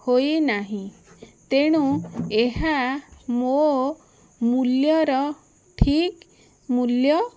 ହୋଇ ନାହିଁ ତେଣୁ ଏହା ମୋ ମୂଲ୍ୟର ଠିକ୍ ମୂଲ୍ୟ